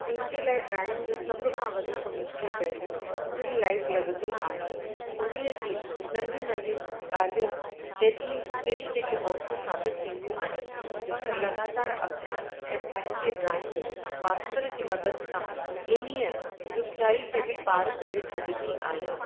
मुंहिंजे लाइ ड्रॉइंग जो सभ खां वधीक मुश्किल पहलू स्टिल लाइफ लॻंदी आहे उन ई जी नंढी नंढी ॻाल्हियुनि केॾी केॾी केॾी ओखियूं साबित थींदियूं आहिनि पर लगातार अभ्यास ऐं पंहिंजे ड्रॉइंग मास्तर जी मदद सां इन ई ॾुखियाई खे बि पार करे छॾंदी आहियां